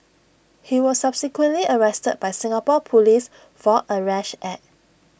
he was subsequently arrested by Singapore Police for A rash act